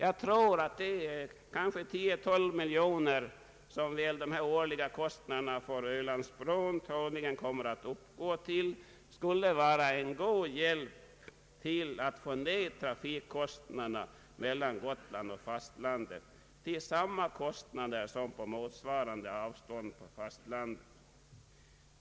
Jag tror att de 10—12 miljoner kronor som de årliga kostnaderna för Ölandsbron troligen kommer att uppgå till skulle vara en god hjälp att få ned trafikkostnaderna mellan Gotland och fastlandet till samma kostnad som på motsvarande avstånd på fastlandet.